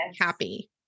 happy